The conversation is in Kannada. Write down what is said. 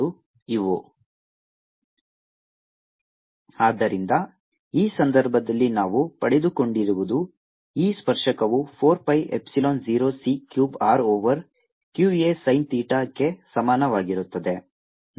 EtErvtsin cτEratsin c Er×42r2c2t2q0 Erq420c2t2 Etqa sin θ420c2r ಆದ್ದರಿಂದ ಈ ಸಂದರ್ಭದಲ್ಲಿ ನಾವು ಪಡೆದುಕೊಂಡಿರುವುದು e ಸ್ಪರ್ಶಕವು 4 pi epsilon 0 c cube r over q a sin ಥೀಟಾಕ್ಕೆ ಸಮಾನವಾಗಿರುತ್ತದೆ